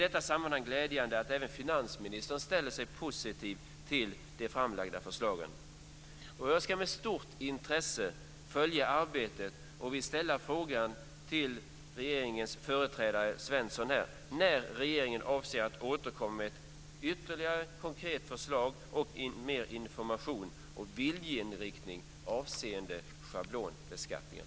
Det är glädjande att även finansministern ställer sig positiv till de i detta sammanhang framlagda förslagen. Jag ska med stort intresse följa arbetet och vill till regeringens företrädare här Per-Olof Svensson ställa frågan när regeringen avser att återkomma med ytterligare ett konkret förslag och med mer av information och viljeinriktning avseende schablonbeskattningen.